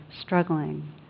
struggling